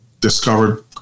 discovered